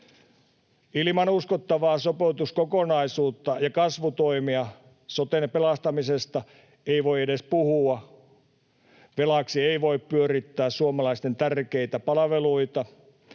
Ilman uskottavaa sopeutuskokonaisuutta ja kasvutoimia soten pelastamisesta ei voi edes puhua. Velaksi ei voi pyörittää suomalaisten tärkeitä palveluita.